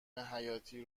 حیاتی